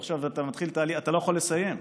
ועכשיו אתה מתחיל ואתה לא יכול לסיים.